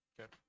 Okay